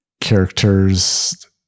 characters